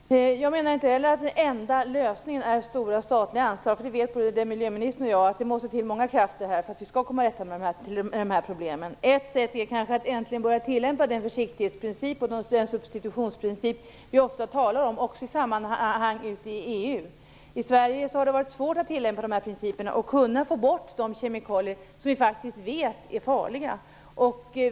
Herr talman! Jag menar inte heller att den enda lösningen är stora statliga anslag. Både miljöministern och jag vet att det måste till många krafter för att man skall komma till rätta med dessa problem. Ett sätt är kanske att äntligen börja tillämpa den försiktighetsprincip och den substitutionsprincip som vi ofta talar om, också i EU-sammanhang. I Sverige har det varit svårt att tillämpa dessa principer och få bort de kemikalier som vi faktiskt vet är farliga.